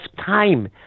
time